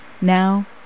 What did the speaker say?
Now